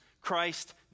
Christ